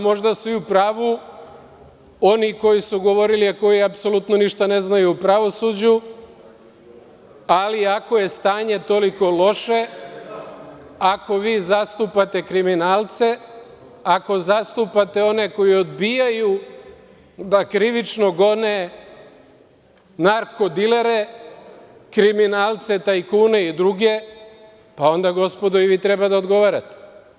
Možda su u pravu oni koji su govorili, a koji apsolutno ništa ne znaju o pravosuđu, ali ako je stanje toliko loše, ako vi zastupate kriminalce, ako zastupate one koji odbijaju da krivično gone narko dilere, kriminalce, tajkune i druge, pa onda, gospodo, i vi treba da odgovarate.